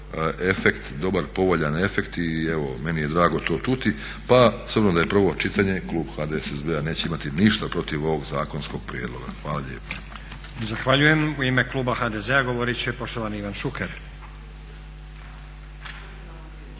efekt, dobar, povoljan efekt i evo meni je drago to čuti. Pa s obzirom da je prvo čitanje klub HDSSB-a neće imati ništa protiv ovog zakonskog prijedloga. Hvala lijepa. **Stazić, Nenad (SDP)** Zahvaljujem. U ime kluba HDZ-a govoriti će poštovani Ivan Šuker.